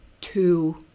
two